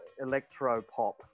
electro-pop